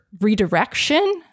redirection